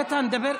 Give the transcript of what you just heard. איתן, תדבר,